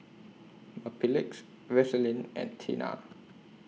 Mepilex Vaselin and Tena